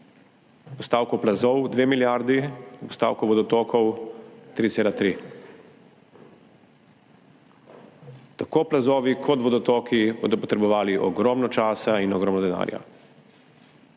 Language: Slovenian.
postavko plazov 2 milijardi in na postavko vodotokov 3,3 milijarde. Tako plazovi kot vodotoki bodo potrebovali ogromno časa in ogromno denarja.